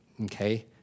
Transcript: Okay